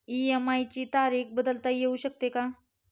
EMI ची तारीख बदलता येऊ शकते का?